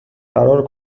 فرار